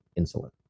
insulin